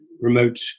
remote